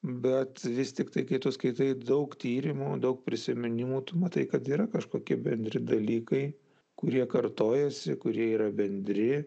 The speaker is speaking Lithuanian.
bet vis tiktai kai tu skaitai daug tyrimų daug prisiminimų tu matai kad yra kažkokie bendri dalykai kurie kartojasi kurie yra bendri